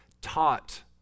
taught